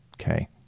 Okay